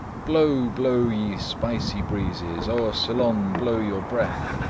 blow, blow, ye spicy breezes o'er ceylon blow your breath,